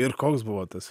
ir koks buvo tas